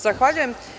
Zahvaljujem.